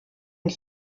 und